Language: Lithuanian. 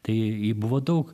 tai buvo daug